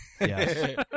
Yes